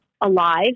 alive